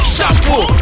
Shampoo